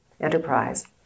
enterprise